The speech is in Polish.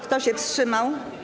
Kto się wstrzymał?